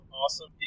awesome